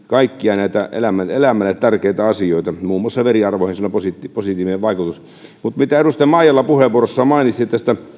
kaikkia näitä ihmisen elämälle tärkeitä asioita muun muassa veriarvoihin sillä on positiivinen vaikutus mutta mitä edustaja maijala puheenvuorossaan mainitsi tästä